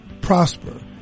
prosper